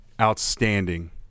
outstanding